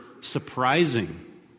surprising